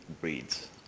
breeds